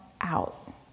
out